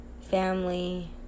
family